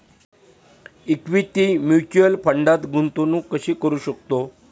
Equity mutual फंडात गुंतवणूक कशी करू शकतो?